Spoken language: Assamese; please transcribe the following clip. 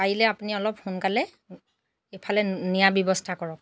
পাৰিলে আপুনি অলপ সোনকালে এইফালে নিয়াৰ ব্যৱস্থা কৰক